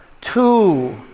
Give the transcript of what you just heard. two